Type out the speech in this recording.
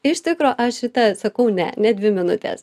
iš tikro aš šitą sakau ne ne dvi minutes